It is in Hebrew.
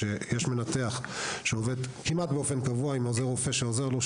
שיש מנתח שעובד כמעט באופן קבוע עם עוזר רופא שעוזר לו,